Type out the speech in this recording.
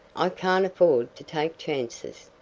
i can't afford to take chances.